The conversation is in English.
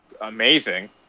amazing